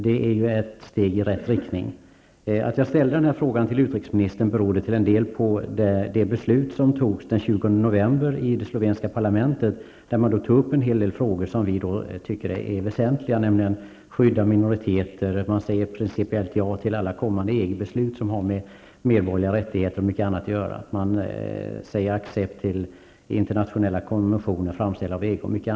Det är ett steg i rätt riktning. Anledningen till att jag har ställt frågan till utrikesministern är det beslut som fattades den 20 november i det slovenska parlamentet, där en del frågor som vi tycker är väsentliga togs upp, nämligen att skydda minoriteter, ett principiellt ja till alla kommande EG-beslut som har med medborgerliga rättigheter och annat att göra och en accept till internationella konventioner framställda av EG osv.